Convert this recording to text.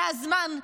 זה הזמן,